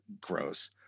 gross